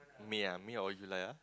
May ah May or July ah